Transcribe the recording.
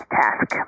task